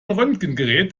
röntgengerät